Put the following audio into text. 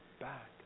back